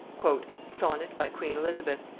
sonnet by queen elizabeth.